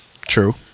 True